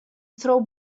throw